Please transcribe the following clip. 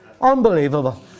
Unbelievable